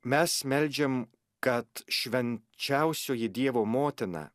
mes meldžiam kad švenčiausioji dievo motina